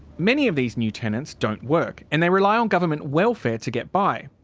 many of these new tenants don't work and they rely on government welfare to get by.